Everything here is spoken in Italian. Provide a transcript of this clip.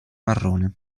marrone